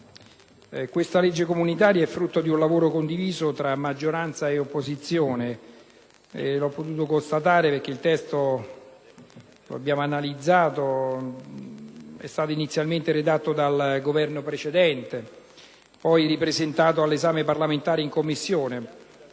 Questa legge comunitaria è frutto di un lavoro condiviso tra maggioranza ed opposizione, come ho potuto constatare dal momento che il testo che abbiamo analizzato è stato inizialmente redatto dal Governo precedente e poi ripresentato all'esame parlamentare in Commissione.